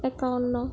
একাৱন্ন